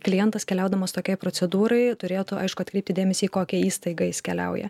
klientas keliaudamas tokiai procedūrai turėtų aišku atkreipti dėmesį į kokią įstaigą jis keliauja